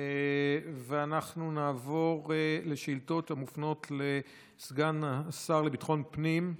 ואנחנו נעבור לשאילתות המופנות לסגן השר לביטחון הפנים,